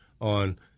on